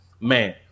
man